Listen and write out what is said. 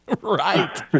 right